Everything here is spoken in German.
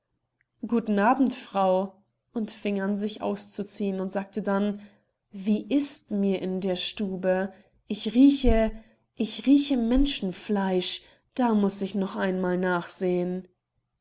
guten abend frau und fing an sich auszuziehen und sagte dann wie ist mir in der stube ich rieche ich rieche menschenfleisch da muß ich einmal nachsehen